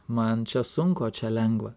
man čia sunku o čia lengva